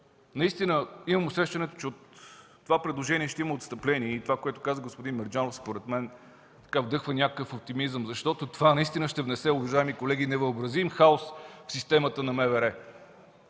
Наистина имам усещането, че от това предложение ще има отстъпление. И това, което каза господин Мерджанов, според мен вдъхва някакъв оптимизъм, защото това наистина ще внесе, уважаеми колеги, невъобразим хаос в системата на МВР.